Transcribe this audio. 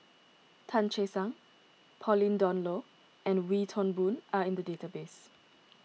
Tan Che Sang Pauline Dawn Loh and Wee Toon Boon are in the database